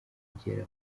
kugera